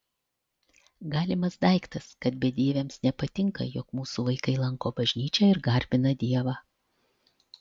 galimas daiktas kad bedieviams nepatinka jog mūsų vaikai lanko bažnyčią ir garbina dievą